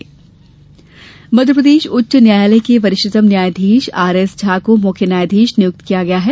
मप्र हाईकोर्ट मध्यप्रदेश उच्च न्यायालय के वरिष्ठतम न्यायाधीश आरएसझा को मुख्य न्यायाधीश नियुक्त किया गया है